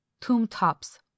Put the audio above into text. tomb-tops